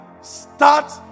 start